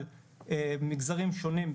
על מגזרים שונים,